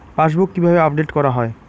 Passbook কিভাবে update করা হয়?